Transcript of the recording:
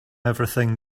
everything